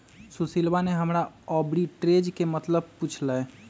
सुशीलवा ने हमरा आर्बिट्रेज के मतलब पूछ लय